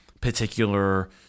particular